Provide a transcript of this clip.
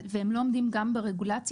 והם לא עומדים גם ברגולציה?